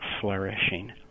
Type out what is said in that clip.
flourishing